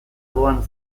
doan